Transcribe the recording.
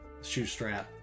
Shoestrap